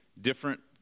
different